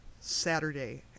Saturday